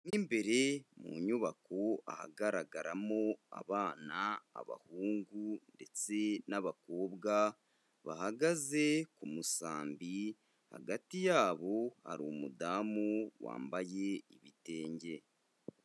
Mu imbere mu nyubako ahagaragaramo abana, abahungu ndetse n'abakobwa bahagaze ku musambi, hagati yabo hari umudamu wambaye ibitenge.